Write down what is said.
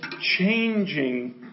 changing